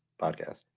podcast